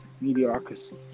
Mediocrity